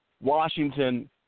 Washington